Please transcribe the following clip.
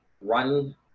run